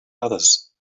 others